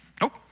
Nope